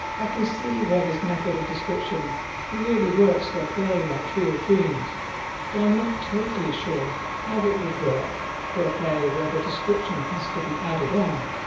i can see where this method of description really works for a play like tree of dreams but i'm not totally sure how it would work for a play where the description has to be added on.